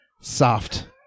soft